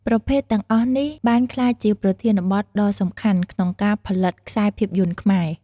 ប្រភេទទាំងអស់នេះបានក្លាយជាប្រធានបទដ៏សំខាន់ក្នុងការផលិតខ្សែភាពយន្តខ្មែរ។